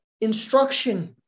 instruction